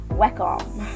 welcome